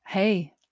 Hey